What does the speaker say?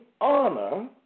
honor